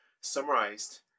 summarized